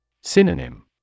Synonym